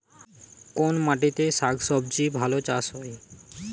কোন মাটিতে শাকসবজী ভালো চাষ হয়?